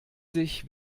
sich